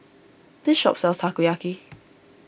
this shop sells Takoyaki